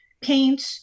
paint